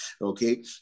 Okay